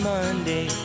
Monday